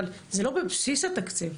אבל זה לא בבסיס התקציב,